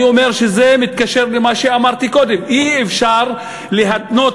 אני אומר שזה מתקשר למה שאמרתי קודם: אי-אפשר להתנות